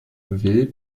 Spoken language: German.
will